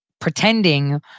Pretending